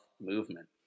movement